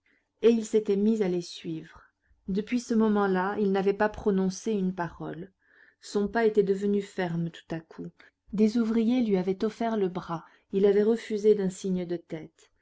et il s'était mis à les suivre depuis ce moment-là il n'avait pas prononcé une parole son pas était devenu ferme tout à coup des ouvriers lui avaient offert le bras il avait refusé d'un signe de tête